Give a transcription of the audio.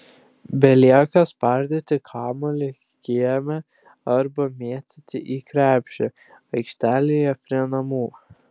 belieka spardyti kamuolį kieme arba mėtyti į krepšį aikštelėje prie namų